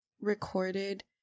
recorded